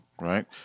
right